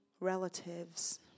relatives